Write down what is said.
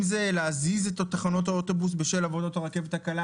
אם זה להזיז את תחנות האוטובוס בשל עבודות הרכבת הקלה